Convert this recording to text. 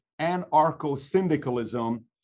anarcho-syndicalism